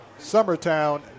Summertown